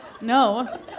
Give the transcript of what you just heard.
No